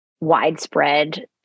widespread